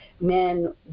men